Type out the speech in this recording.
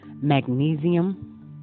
magnesium